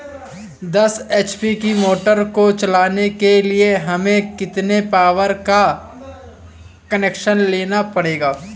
दस एच.पी की मोटर को चलाने के लिए हमें कितने पावर का कनेक्शन लेना पड़ेगा?